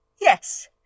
Yes